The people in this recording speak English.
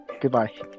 Goodbye